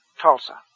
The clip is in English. Tulsa